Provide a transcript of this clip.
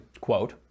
quote